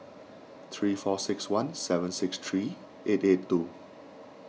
three four six one seven six three eight eight two